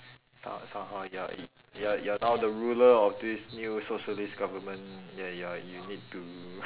some~ somehow you're in you're you're now the ruler of this new socialist government ya you're you need to